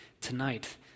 tonight